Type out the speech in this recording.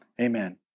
amen